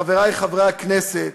חברי חברי הכנסת,